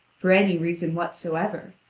for any reason whatsoever,